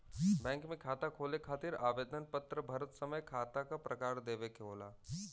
bank में खाता खोले खातिर आवेदन पत्र भरत समय खाता क प्रकार देवे के होला